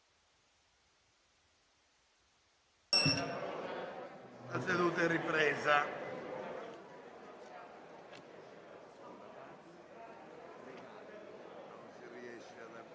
La seduta è sospesa.